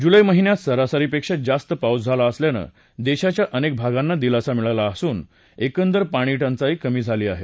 जुलै महिन्यात सरासरीपेक्षा जास्त पाऊस झाला असल्यानं देशाच्या अनेक भागांना दिलासा मिळाला असून एकंदर पाणीटंचाई कमी झाली आहे